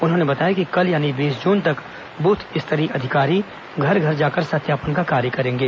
उन्होंने बताया कि कल यानी बीस जून तक बूथ स्तरीय अधिकारी घर घर जाकर सत्यापन का कार्य करेंगे